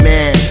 Man